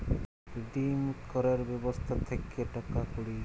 redeem ক্যরের ব্যবস্থা থাক্যে টাকা কুড়ি